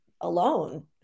alone